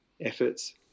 efforts